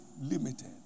limited